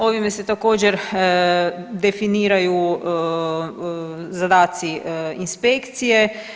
Osim se također, definiraju zadaci inspekcije.